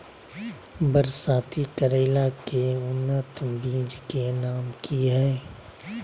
बरसाती करेला के उन्नत बिज के नाम की हैय?